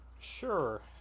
Sure